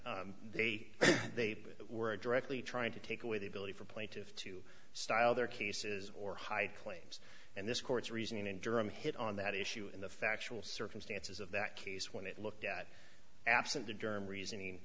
that they they were directly trying to take away the ability for plaintiffs to style their cases or high claims and this court's reasoning and durham hit on that issue in the factual circumstances of that case when it looked at absent the germ reasoning